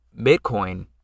Bitcoin